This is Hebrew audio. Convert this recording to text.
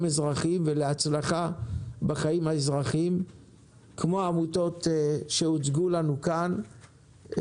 אזרחיים ולהצלחה בחיים האזרחיים כמו העמותות שהוצגו לנו כאן,